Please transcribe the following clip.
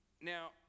Now